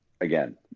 again